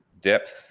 depth